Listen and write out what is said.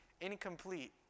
incomplete